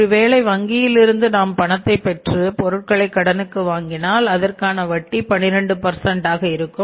ஒரு வேலை வங்கியில் இருந்து நாம் பணத்தை பெற்று பொருட்களை கடனுக்கு வாங்கினால் அதற்கான வட்டி 12 ஆக இருக்கும்